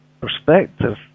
perspective